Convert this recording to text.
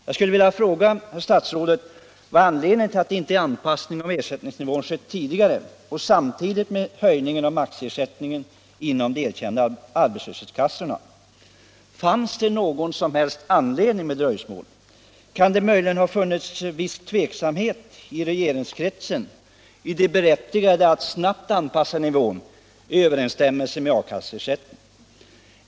Jag skulle vilja fråga herr statsrådet om anledningen till att anpassning av ersättningsnivån inte skett tidigare och samtidigt med höjningen av maximiersättningen i de erkända arbetslöshetskassorna. Fanns det någon som helst anledning till dröjsmålet? Kan det möjligen ha funnits en viss tveksamhet i regeringskretsen om det berättigade i att snabbt anpassa nivån i överensstämmelse med A-kasseersättningen?